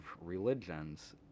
religions